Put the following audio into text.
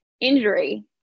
injury